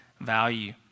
value